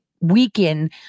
weaken